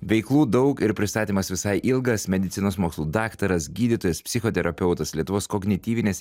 veiklų daug ir pristatymas visai ilgas medicinos mokslų daktaras gydytojas psichoterapeutas lietuvos kognityvinės